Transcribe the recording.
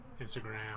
Instagram